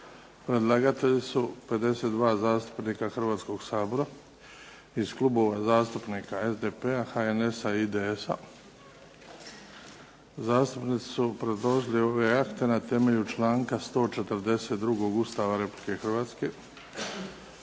Predlagatelj: 52 zastupnika Hrvatskoga sabora Iz klubova zastupnika SDP-a, HNS-a, IDS-a. Zastupnici su predložili ove akte na temelju članka 142. Ustava Republike Hrvatske.